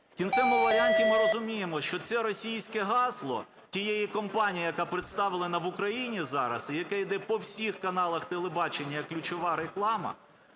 в кінцевому варіанті ми розуміємо, що це російське гасло тієї компанії, яка представлена в Україні зараз і яка іде по всіх каналах телебачення як ключова реклама,